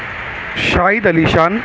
شاہد علی شان